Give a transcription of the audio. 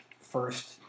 first